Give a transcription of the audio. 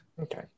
Okay